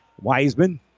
Wiseman